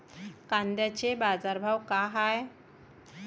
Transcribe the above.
कांद्याचे बाजार भाव का हाये?